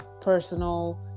personal